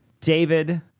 David